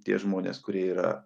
tie žmonės kurie yra